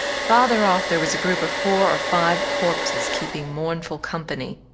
farther off there was a group of four or five corpses keeping mournful company.